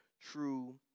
true